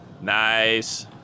Nice